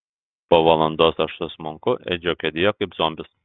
po valandos aš susmunku edžio kėdėje kaip zombis